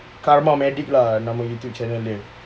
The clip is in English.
karma medic lah nama youtube channel